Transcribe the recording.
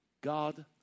God